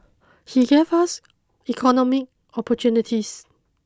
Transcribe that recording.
he gave us economic opportunities